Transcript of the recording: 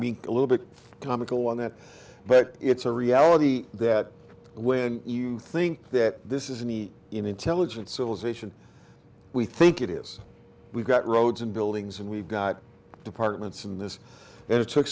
mean a little bit comical on that but it's a reality that when you think that this is any intelligent civilization we think it is we've got roads and buildings and we've got departments and this and it took